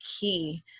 key